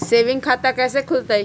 Saving खाता कैसे खुलतई?